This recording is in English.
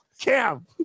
Cam